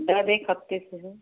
दर्द एक हफ्ते से है